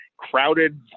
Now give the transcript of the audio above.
crowded